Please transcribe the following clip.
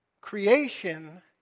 creation